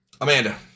Amanda